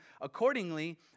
Accordingly